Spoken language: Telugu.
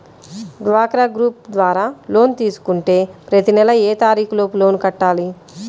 డ్వాక్రా గ్రూప్ ద్వారా లోన్ తీసుకుంటే ప్రతి నెల ఏ తారీకు లోపు లోన్ కట్టాలి?